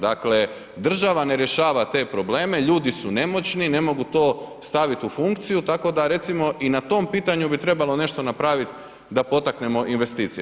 Dakle država ne rješava te probleme, ljudi su nemoćni, ne mogu to staviti u funkciju tako da recimo i na tom pitanju bi trebalo nešto napraviti da potaknemo investicije.